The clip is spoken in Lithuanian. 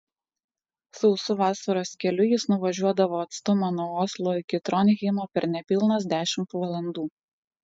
sausu vasaros keliu jis nuvažiuodavo atstumą nuo oslo iki tronheimo per nepilnas dešimt valandų